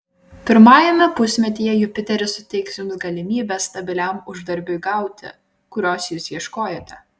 pirmajame pusmetyje jupiteris suteiks jums galimybę stabiliam uždarbiui gauti kurios jūs ieškojote